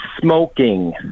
smoking